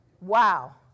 Wow